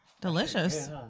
Delicious